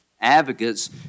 Advocates